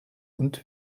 und